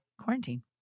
quarantine